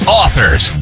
authors